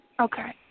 Okay